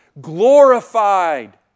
glorified